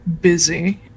busy